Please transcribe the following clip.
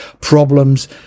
problems